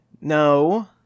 no